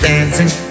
Dancing